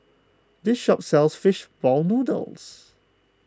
this shop sells Fish Ball Noodles